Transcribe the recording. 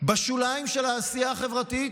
בשוליים של העשייה החברתית,